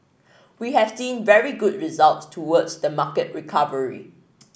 we have seen very good results towards the market recovery